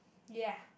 ya